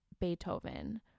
Beethoven